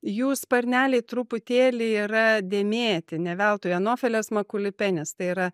jų sparneliai truputėlį yra dėmėti ne veltui anopheles maculipennis tai yra